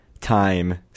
time